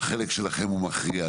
החלק שלכם הוא מכריע.